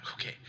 Okay